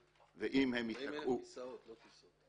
ואם הם ייתקעו --- 40 אלף כסאות, לא טיסות.